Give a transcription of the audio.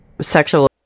sexual